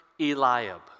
Eliab